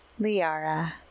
Liara